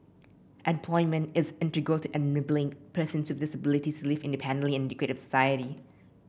employment is integral to enabling persons with disabilities live independently and integrate with society